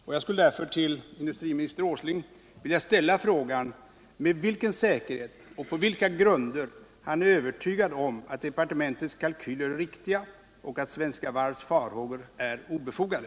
Och jag skulle därför till industriminister Åsling vilja ställa frågan med vilken säkerhet och på vilka grunder han är överygad om att departementets kalkyler är riktiga och att Svenska Varvs farhågor är obefogade.